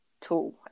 tool